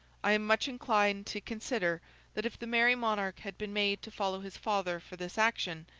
i am much inclined to consider that if the merry monarch had been made to follow his father for this action,